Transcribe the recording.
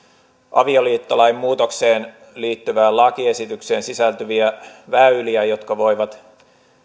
avioliittolain muutokseen liittyvään lakiesitykseen sisältyviä väyliä jotka voivat